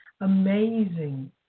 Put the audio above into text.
amazing